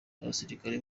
abasirikare